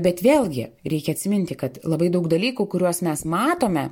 bet vėlgi reikia atsiminti kad labai daug dalykų kuriuos mes matome